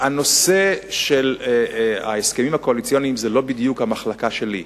הנושא של ההסכמים הקואליציוניים הוא לא בדיוק המחלקה שלי,